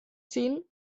ziehen